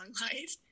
life